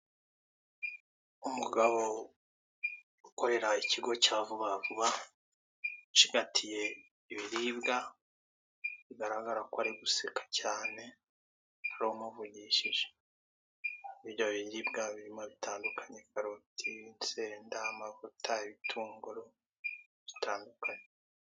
Umugabo ukorera ikigo cya Vuba Vuba ucigatiye ibiribwa biragarara ko ari guseka cyane hari umuvugishije ibyo biribwa birimo bitandukanye karoti, insenda, amavuta, ibitunguru bitandukanye.